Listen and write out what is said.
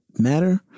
matter